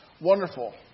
wonderful